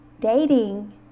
Dating